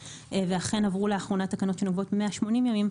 ואכן עברו לאחרונה תקנות שנוקבות 180 ימים,